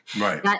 Right